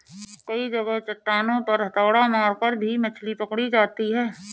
कई जगह चट्टानों पर हथौड़ा मारकर भी मछली पकड़ी जाती है